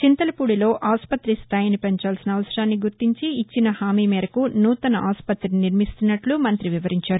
చింతలపూడిలో ఆస్పత్రి స్థాయిని పెంచాల్సిన అవసరాన్ని గుర్తించి ఇచ్చిన హామీ మేరకు నూతన ఆస్పత్తిని నిర్మిస్తున్నట్లు మంత్రి వివరించారు